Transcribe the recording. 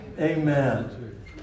Amen